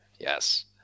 yes